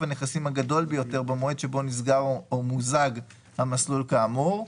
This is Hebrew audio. הנכסים הגדול ביותר במועד שבו נסגר או מוזג המסלול כאמור,